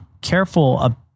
careful